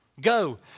Go